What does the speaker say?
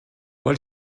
what